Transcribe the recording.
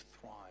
thrive